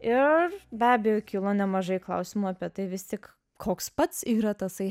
ir be abejo kilo nemažai klausimų apie tai vis tik koks pats yra tasai